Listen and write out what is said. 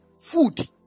Food